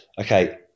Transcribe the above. okay